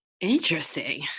Interesting